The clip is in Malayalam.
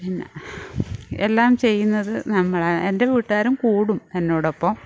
പിന്നെ എല്ലാം ചെയ്യുന്നത് നമ്മളാണ് എൻ്റെ വീട്ടുകാരും കൂടും എന്നോടൊപ്പം